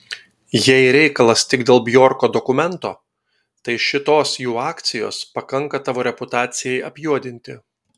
jei reikalas tik dėl bjorko dokumento tai šitos jų akcijos pakanka tavo reputacijai apjuodinti